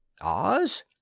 oz